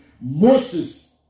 Moses